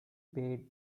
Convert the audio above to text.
paid